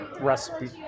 recipe